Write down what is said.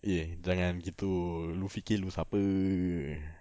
eh jangan gitu lu fikir lu siapa